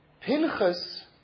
Pinchas